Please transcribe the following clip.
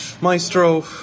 maestro